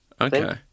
Okay